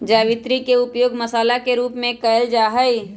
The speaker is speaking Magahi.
जावित्री के उपयोग मसाला के रूप में कइल जाहई